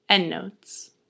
Endnotes